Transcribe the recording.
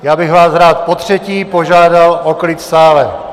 Já bych vás rád potřetí požádal o klid v sále!